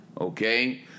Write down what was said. okay